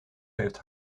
heeft